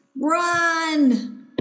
run